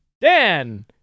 Dan